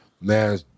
Man